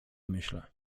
myślę